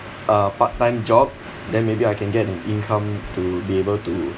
a part-time job then maybe I can get an income to be able to